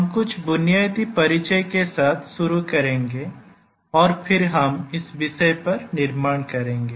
हम कुछ बुनियादी परिचय के साथ शुरू करेंगे और फिर हम इस विषय पर निर्माण करेंगे